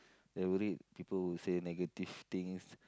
they worried people will say negative things